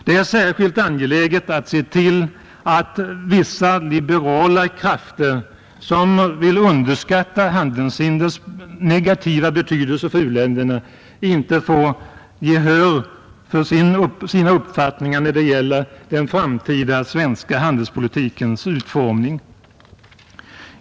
Det är särskilt angeläget att se till att vissa liberala krafter, som vill underskatta handelshindrens negativa betydelse för u-länderna, inte får gehör för sina uppfattningar när det gäller den framtida svenska handelspolitikens utformning.